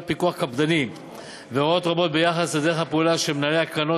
פיקוח קפדני והוראות רבות ביחס לדרך הפעולה של מנהלי הקרנות